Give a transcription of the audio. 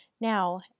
Now